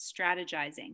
strategizing